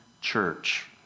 church